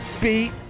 Beat